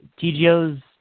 TGO's